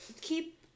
keep